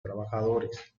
trabajadores